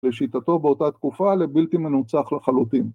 ‫לשיטתו באותה תקופה ‫לבלתי מנוצח לחלוטין.